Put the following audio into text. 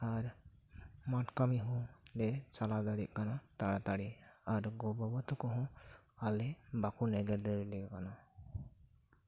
ᱟᱨ ᱢᱟᱴ ᱠᱟᱹᱢᱤ ᱦᱚᱸ ᱞᱮ ᱪᱟᱞᱟᱣ ᱫᱟᱲᱮᱭᱟᱜ ᱠᱟᱱᱟ ᱛᱟᱲᱟ ᱛᱟᱹᱲᱤ ᱟᱨ ᱜᱚ ᱵᱟᱵᱟ ᱛᱟᱠᱚ ᱦᱚᱸ ᱟᱞᱮ ᱵᱟᱠᱚ ᱮᱜᱮᱨ ᱫᱟᱲᱮ ᱠᱟᱱᱟ